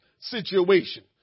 situation